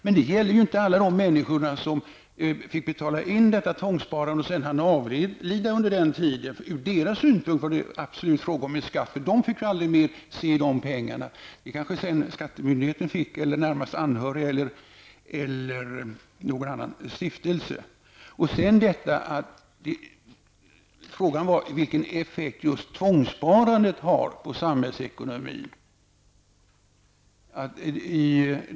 Men det gäller ju inte alla de människor som fick betala in detta tvångssparande och sedan hann avlida medan medlen hölls inne. Från deras synpunkt var det absolut fråga om en skatt -- de fick aldrig mer se de pengarna! Det kanske skattemyndigheten, de närmast anhöriga eller någon stiftelse däremot fick. Frågan var vilken effekt just tvångssparandet har på samhällsekonomin.